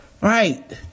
Right